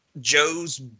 Joe's